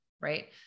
Right